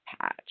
patch